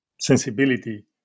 sensibility